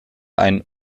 ein